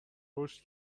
رشد